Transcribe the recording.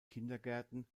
kindergärten